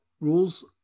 rules